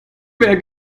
mehr